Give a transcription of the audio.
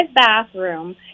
bathroom